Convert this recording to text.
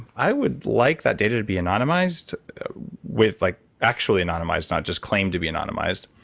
i would like that data to be anonymized with, like actually anonymized, not just claimed to be anonymized.